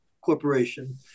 Corporation